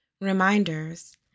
Reminders